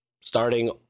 starting